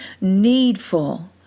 needful